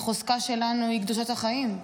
החוזקה שלנו היא קדושת החיים,